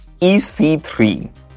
EC3